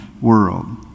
world